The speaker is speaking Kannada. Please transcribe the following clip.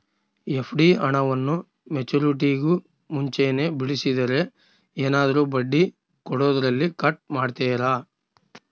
ಎಫ್.ಡಿ ಹಣವನ್ನು ಮೆಚ್ಯೂರಿಟಿಗೂ ಮುಂಚೆನೇ ಬಿಡಿಸಿದರೆ ಏನಾದರೂ ಬಡ್ಡಿ ಕೊಡೋದರಲ್ಲಿ ಕಟ್ ಮಾಡ್ತೇರಾ?